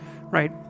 right